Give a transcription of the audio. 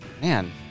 man